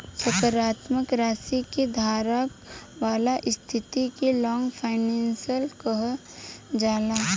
सकारात्मक राशि के धारक वाला स्थिति के लॉन्ग फाइनेंस कहल जाला